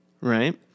Right